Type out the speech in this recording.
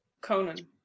conan